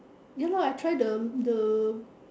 ya lah I try the the